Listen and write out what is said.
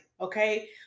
okay